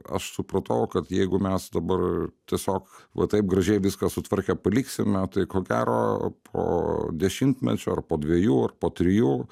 aš supratau kad jeigu mes dabar tiesiog va taip gražiai viską sutvarkę paliksime tai ko gero po dešimtmečio ar po dviejų ar po trijų